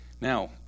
Now